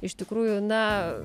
iš tikrųjų na